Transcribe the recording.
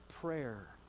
prayer